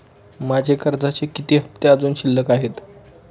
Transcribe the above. माझे कर्जाचे किती हफ्ते अजुन शिल्लक आहेत?